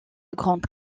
grande